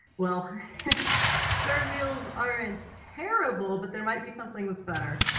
well square wheels aren't terrible but there might be something that's better,